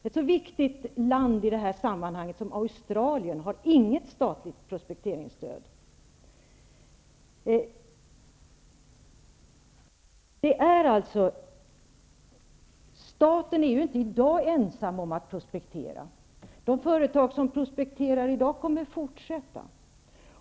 Ett i detta sammanhang så viktigt land som Australien har inget statligt prospekteringsstöd. Staten är inte i dag ensam om att prospektera. De företag som i dag bedriver prospektering kommer att fortsätta.